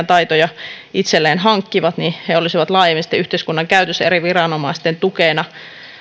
taitoja itselleen hankkivat olisivat laajemmin sitten yhteiskunnan käytössä eri viranomaisten tukena